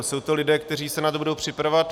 Jsou to lidé, kteří se na to budou připravovat.